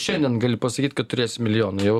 šiandien gali pasakyt kad turėsi milijoną jau